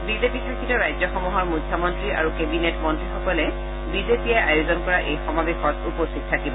BJP শাসিত ৰাজ্যসমূহৰ মুখ্যমন্ত্ৰী আৰু কেবিনেট মন্ত্ৰীসকলে বিজেপিয়ে আয়োজন কৰা এই সমাৱেশত উপস্থিত থাকিব